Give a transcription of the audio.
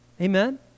Amen